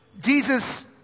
Jesus